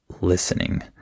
listening